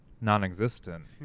non-existent